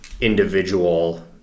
individual